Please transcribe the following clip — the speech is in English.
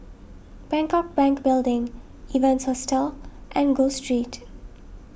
Bangkok Bank Building Evans Hostel and Gul Street